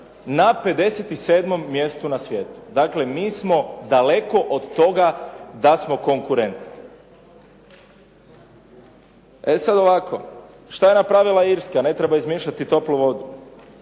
na 57 mjestu na svijetu. Dakle, mi smo daleko od toga da smo konkurentni. E sad ovako, šta je napravila Irska. Ne treba izmišljati toplu vodu.